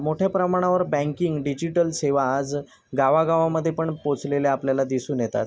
मोठ्या प्रमाणावर banking digital सेवा आज गावागावामध्ये पण पोचलेले आपल्याला दिसून येतात